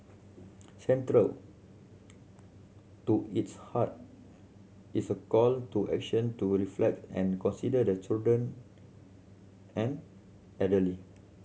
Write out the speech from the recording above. central to its heart is a call to action to reflect and consider the children and elderly